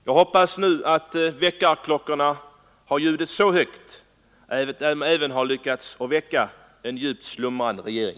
Jag hoppas att väckarklockorna nu ljudit så högt att de även lyckats väcka en djupt slumrande regering.